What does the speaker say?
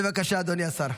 בבקשה, אדוני השר.